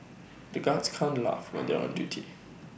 the guards can't laugh when they are on duty